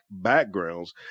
backgrounds